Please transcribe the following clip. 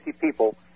people